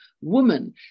woman